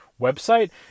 website